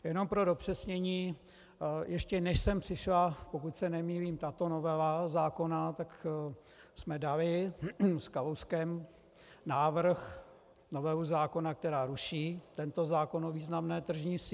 Jenom pro dopřesnění, ještě než sem přišla, pokud se nemýlím, tato novela zákona, tak jsme dali s Kalouskem návrh, novelu zákona, která ruší tento zákon o významné tržní síle.